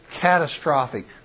catastrophic